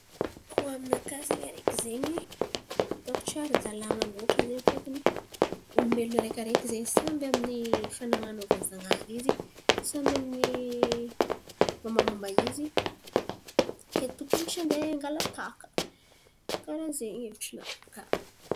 Koa aminakà zen̈y araiky zen̈y, ataoko tsy ara-dalàn̈a loatra zen̈y fôtony olombelon̈o araikiaraiky zen̈y samby amin'ny fanan̈anaovan'ny Zan̈ahary izy, samby amin'ny mômbamômba izy. Ke tokony tsy handeha hangala tahaka. Karà zen̈y havitrinakà.